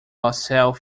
lasalle